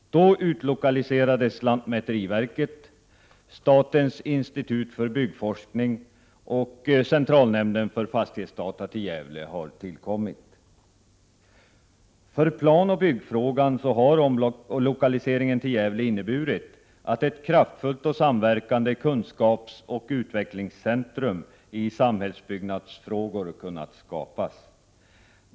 Då utlokaliserades lantmäteriverket och statens institut för byggforskning till Gävle. Dessutom har centralnämnden för fastighetsdata tillkommit. För planoch byggfrågan har omlokaliseringen till Gävle inneburit att ett kraftfullt och samverkande kunskapsoch utvecklingscentrum i samhällsbyggnadsfrågor kunnat skapas.